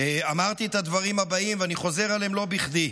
אמרתי את הדברים הבאים, ואני חוזר עליהם לא בכדי: